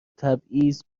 تبعیض